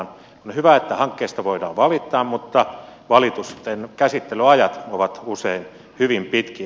on hyvä että hankkeista voidaan valittaa mutta valitusten käsittelyajat ovat usein hyvin pitkiä